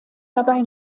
dabei